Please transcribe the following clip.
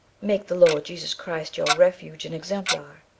make the lord jesus christ your refuge and exemplar.